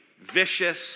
Vicious